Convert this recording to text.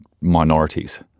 minorities